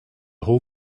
whole